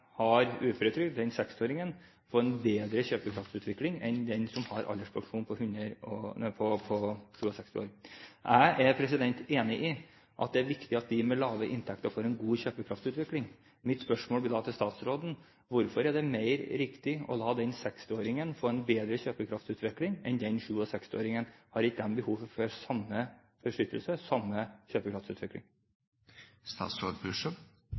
har uføretrygd – 60-åringen – få en bedre kjøpekraftsutvikling enn den på 67 år som har alderspensjon. Jeg er enig i at det er viktig at de med lave inntekter får en god kjøpekraftsutvikling. Mitt spørsmål til statsråden blir da: Hvorfor er det mer riktig å la den 60-åringen få en bedre kjøpekraftsutvikling enn 67-åringen? Har ikke de behov for samme beskyttelse, samme